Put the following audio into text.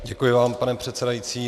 Děkuji vám, pane předsedající.